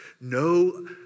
no